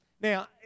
Now